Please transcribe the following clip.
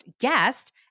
guest